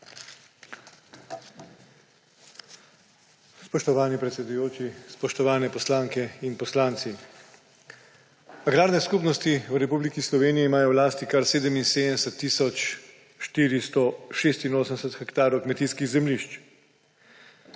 Spoštovani predsedujoči, spoštovane poslanke in poslanci! Agrarne skupnosti v Republiki Sloveniji imajo v lasti kar 77 tisoč 486 hektarjev kmetijskih zemljišč.